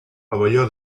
pavelló